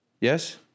Yes